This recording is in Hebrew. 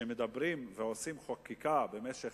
שמדברים ועושים חקיקה במשך,